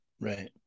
Right